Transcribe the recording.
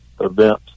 event